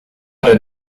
are